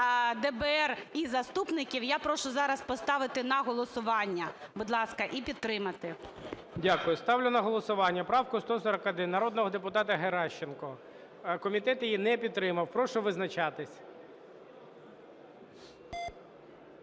ДБР і заступників, я прошу зараз поставити на голосування, будь ласка, і підтримати. ГОЛОВУЮЧИЙ. Дякую. Ставлю на голосування правку 141 народного депутата Геращенко. Комітет її не підтримав. Прошу визначатись.